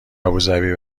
ابوذبی